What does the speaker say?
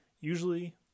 usually